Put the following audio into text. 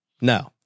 no